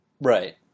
Right